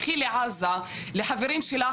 לכי לעזה, לחברים שלך.